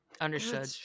Understood